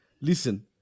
Listen